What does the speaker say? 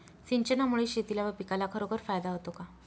सिंचनामुळे शेतीला व पिकाला खरोखर फायदा होतो का?